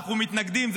אנחנו מתנגדים,